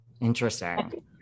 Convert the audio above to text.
Interesting